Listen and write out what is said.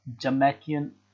Jamaican